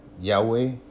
Yahweh